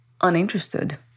uninterested